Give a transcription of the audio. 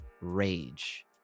rage